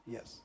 Yes